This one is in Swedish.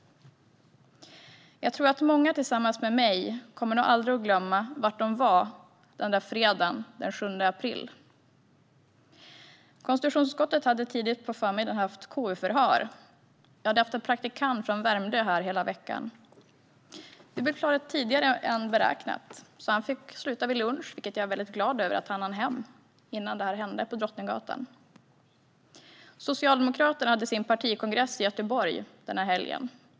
Jag tror att det är många som i likhet med mig aldrig kommer att glömma var de var fredagen den 7 april. Konstitutionsutskottet hade tidigt på förmiddagen hållit ett KU-förhör. Vi hade haft en praktikant från Värmdö här hela veckan. Vi blev klara tidigare än beräknat, så praktikanten fick sluta vid lunch. Jag är väldigt glad över att han hann hem innan händelserna på Drottninggatan inträffade. Socialdemokraterna hade sin partikongress i Göteborg den helgen.